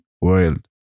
world